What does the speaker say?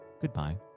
goodbye